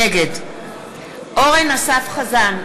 נגד אורן אסף חזן,